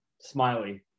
smiley